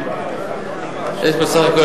בסך הכול,